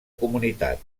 comunitat